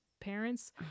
parents